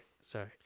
sorry